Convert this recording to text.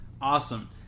Awesome